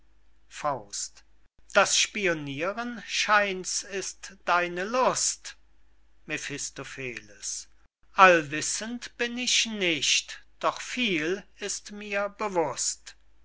ausgetrunken das spioniren scheint's ist deine lust mephistopheles allwissend bin ich nicht doch viel ist mir bewußt